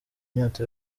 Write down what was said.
inyota